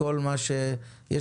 של הכנסת.